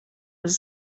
tas